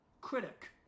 critic